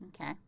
Okay